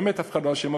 באמת אף אחד לא אשם,